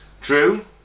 True